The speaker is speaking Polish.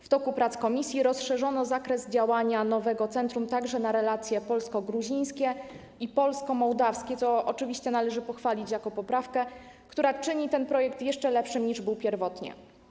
W toku prac komisji rozszerzono zakres działania nowego centrum także o relacje polsko-gruzińskie i polsko-mołdawskie, co oczywiście należy pochwalić jako poprawkę, która czyni ten projekt jeszcze lepszym, niż był pierwotnie.